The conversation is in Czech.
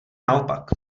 naopak